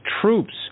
troops